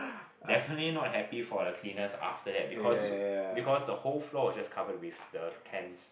definitely not happy for the cleaners after that because because the whole floor was just covered with the cans